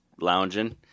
lounging